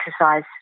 exercise